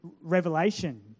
Revelation